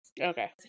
Okay